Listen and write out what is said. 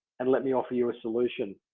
and let me offer you a solution.